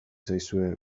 zaizue